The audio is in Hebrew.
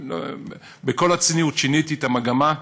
בכל הצניעות, שיניתי את המגמה,